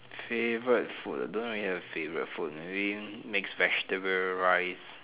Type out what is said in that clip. favourite food don't really have a favourite food maybe mixed vegetable rice